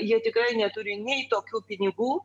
jie tikrai neturi nei tokių pinigų